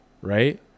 right